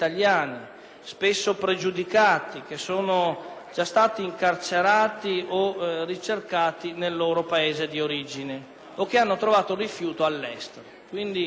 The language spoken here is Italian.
spesso pregiudicati, che sono già stati incarcerati o ricercati nel loro Paese di origine, o che hanno trovato rifiuto all'Est.